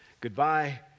Goodbye